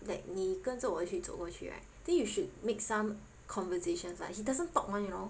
like 你跟着我一起去过去 right then you should make some conversations right he doesn't talk [one] you know